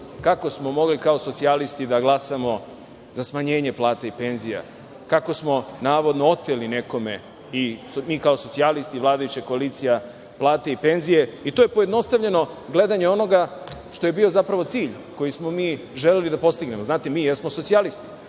kako smo mogli kao socijalisti da glasamo za smanjenje plata i penzija, kako smo, navodno, oteli nekome, mi kao socijalisti vladajuće koalicije, plate i penzije i to je pojednostavljeno gledanje onoga što je bio zapravo cilj koji smo mi želeli da postignemo. Znate, mi jesmo socijalisti,